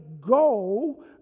go